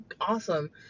awesome